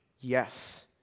Yes